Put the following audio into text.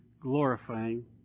glorifying